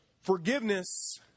Forgiveness